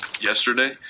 yesterday